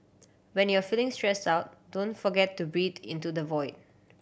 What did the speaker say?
when you are feeling stressed out don't forget to breathe into the void